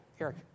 Eric